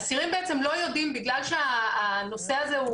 אסירים בעצם לא יודעים בגלל שהנושא הזה,